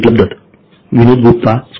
आपण पाठ क्र